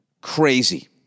crazy